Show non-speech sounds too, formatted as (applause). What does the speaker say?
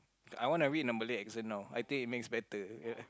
I want to read in a Malay accent now I think it makes better (laughs)